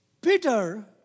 Peter